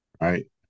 right